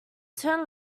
turn